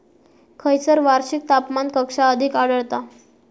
खैयसर वार्षिक तापमान कक्षा अधिक आढळता?